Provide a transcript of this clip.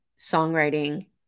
songwriting